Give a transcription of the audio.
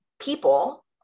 people